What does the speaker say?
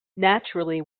naturally